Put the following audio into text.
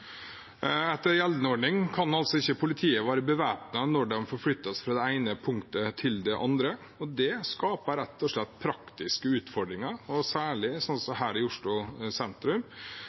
Etter gjeldende ordning kan politiet ikke være bevæpnet når de forflytter seg fra det ene punktet til det andre, og det skaper rett og slett praktiske utfordringer, særlig slik som her i Oslo sentrum,